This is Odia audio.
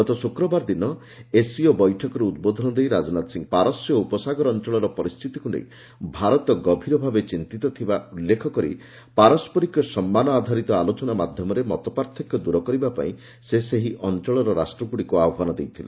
ଗତ ଶୁକ୍ରବାର ଦିନ ଏସ୍ସିଓ ବୈଠକରେ ଉଦ୍ବୋଧନ ଦେଇ ରାଜନାଥ ସିଂହ ପାରସ୍ୟ ଉପସାଗର ଅଞ୍ଚଳର ପରିସ୍ଥିତିକୁ ନେଇ ଭାରତ ଗଭୀର ଭାବେ ଚିନ୍ତିତ ଥିବା ଉଲ୍ଲେଖ କରି ପାରସ୍କରିକ ସମ୍ମାନ ଆଧାରିତ ଆଲୋଚନା ମାଧ୍ୟମରେ ମତପାର୍ଥକ୍ୟ ଦୂର କରିବାପାଇଁ ସେ ସେହି ଅଞ୍ଚଳର ରାଷ୍ଟ୍ରଗୁଡ଼ିକୁ ଆହ୍ୱାନ କରିଥିଲେ